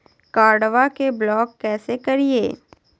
कार्डबा के ब्लॉक कैसे करिए?